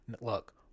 Look